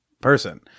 person